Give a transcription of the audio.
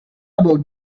about